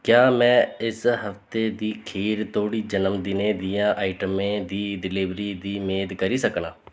क्या में इस हफ्ते दे खीर तोड़ी जनमदिनै दियें आइटमें दी डलीवरी दी मेद करी सकनां